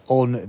on